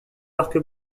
marque